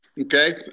Okay